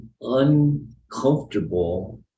uncomfortable